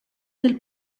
del